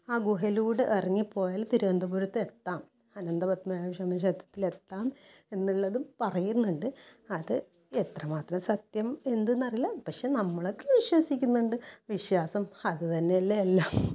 ആ ഗുഹയിലൂടെ ഇറങ്ങി പോയാൽ തിരുവനന്തപുരത്ത് എത്താം അനന്തപത്മനാഭ സ്വാമിക്ഷേത്രത്തിലെത്താം എന്നുള്ളതും പറയുന്നുണ്ട് അത് എത്രമാത്രം സത്യം എന്ത് എന്ന് അറിയില്ല പക്ഷേ നമ്മളൊക്കെ വിശ്വസിക്കുന്നുണ്ട് വിശ്വാസം അതുതന്നെയല്ലേ എല്ലാം